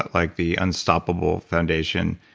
like the unstoppable foundation,